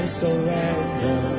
surrender